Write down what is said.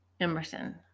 Emerson